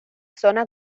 zona